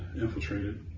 infiltrated